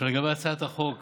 עכשיו, לגבי הצעת חוק